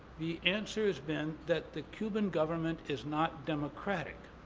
the answer has been that the cuban government is not democratic,